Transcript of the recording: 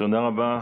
תודה רבה.